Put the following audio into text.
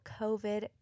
covid